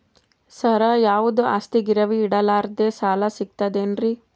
ಸರ, ಯಾವುದು ಆಸ್ತಿ ಗಿರವಿ ಇಡಲಾರದೆ ಸಾಲಾ ಸಿಗ್ತದೇನ್ರಿ?